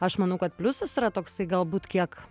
aš manau kad pliusas yra toksai galbūt kiek